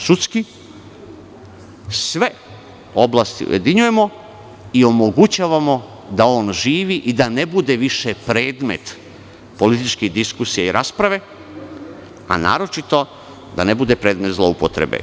Sudski sve oblasti ujedinjujemo i omogućavamo da on živi i da ne bude više predmet političkih diskusija i rasprave, a naročito da ne bude predmet zloupotrebe.